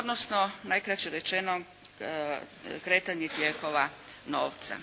odnosno najkraće rečeno kretanje tijekova novca.